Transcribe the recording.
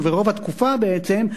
ורוב התקופה בעצם,